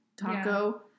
taco